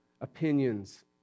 opinions